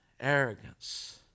arrogance